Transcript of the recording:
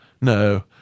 No